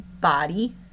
body